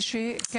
גברתי, בבקשה.